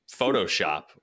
photoshop